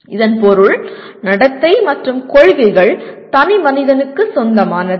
இதன் பொருள் நடத்தை மற்றும் கொள்கைகள் தனிமனிதனுக்கு சொந்தமானது